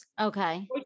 okay